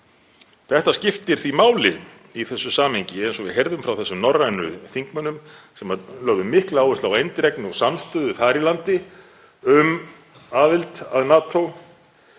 Þetta skiptir því máli í þessu samhengi eins og við heyrðum frá þessum norrænu þingmönnum sem lögðu mikla áherslu á eindrægni og samstöðu þar í landi um aðild að NATO.